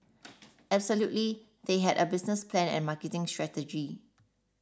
absolutely they had a business plan and marketing strategy